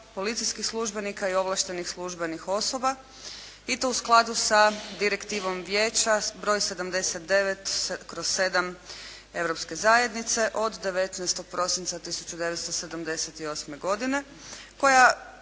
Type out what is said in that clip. policijskih službenika i ovlaštenih službenih osoba i to u skladu sa Direktivom Vijeća broj 79/7 Europske zajednice od 19. prosinca 1978. godine koja